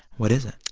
what is it?